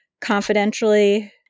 confidentially